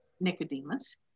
Nicodemus